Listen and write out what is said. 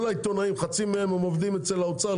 כל העיתונאים חצי מהם עובדים אצל האוצר,